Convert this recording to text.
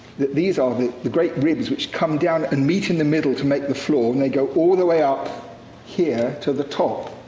that these are the the great ribs which come down and meet in the middle to make the floor, and they go all the way up here to the top.